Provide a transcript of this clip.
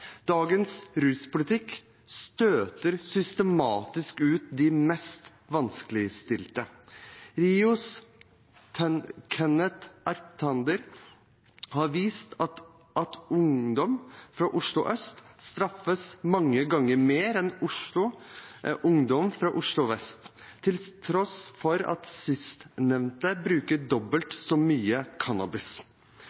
Dagens ruspolitikk støter systematisk ut de mest vanskeligstilte. RIOs Kenneth Arctander Johansen har vist at ungdom fra Oslo øst straffes mange ganger mer enn ungdom fra Oslo vest, til tross for at sistnevnte bruker dobbelt